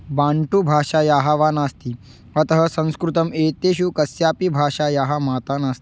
बाण्टुभाषायाः वा नास्ति अतः संस्कृतम् एतेषु कस्यापि भाषायाः माता नास्ति